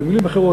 במילים אחרות,